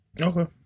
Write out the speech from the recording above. Okay